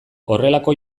horrelako